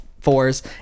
fours